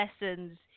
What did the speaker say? lessons